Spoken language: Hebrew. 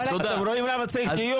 אתה רואה למה צריך דיון?